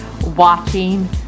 watching